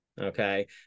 Okay